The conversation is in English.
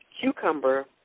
cucumber